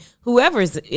whoever's